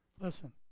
Listen